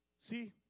See